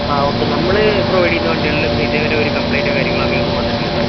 ആ ഓക്കേ നമ്മൾ പ്രൊവൈഡ് ചെയ്യുന്ന വണ്ടികളിലൊന്നും ഇതുവരെ ഒരു കമ്പ്ലൈൻ്റോ കാര്യങ്ങളോ അങ്ങനെയൊന്നും വന്നിട്ടില്ല സാർ